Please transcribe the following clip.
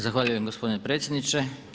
Zahvaljujem gospodine predsjedniče.